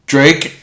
Drake